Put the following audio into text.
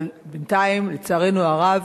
אבל בינתיים, לצערנו הרב,